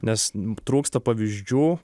nes trūksta pavyzdžių